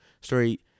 straight